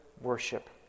worship